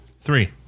Three